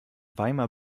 weimar